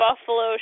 Buffalo